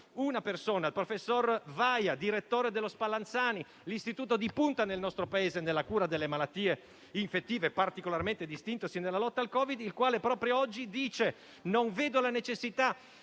una persona, il professor Vaia, direttore dello Spallanzani, l'istituto di punta nel nostro Paese nella cura delle malattie infettive, particolarmente distintosi nella lotta al Covid, il quale proprio oggi dice che non vede la necessità